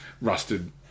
rusted